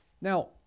Now